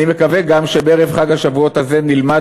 אני מקווה גם שבערב חג השבועות הזה נלמד